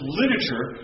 literature